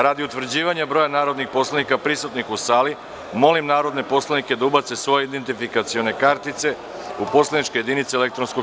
Radi utvrđivanja broja narodnih poslanika prisutnih u sali, molim narodne poslanike da ubace svoje identifikacione kartice u poslaničke jedinice elektronskog